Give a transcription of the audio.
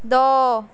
ਦੋ